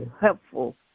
helpful